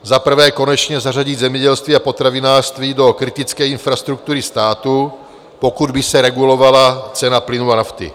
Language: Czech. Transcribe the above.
Za prvé konečně zařadit zemědělství a potravinářství do kritické infrastruktury sátu, pokud by se regulovala cena plynu a nafty.